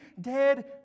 dead